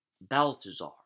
Balthazar